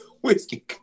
whiskey